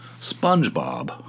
Spongebob